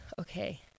Okay